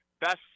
best